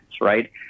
right